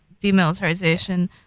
demilitarization